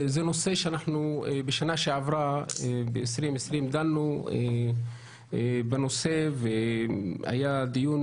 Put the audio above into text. זה נושא שאנחנו בשנה שעברה ב-2020 דנו בנושא והיה דיון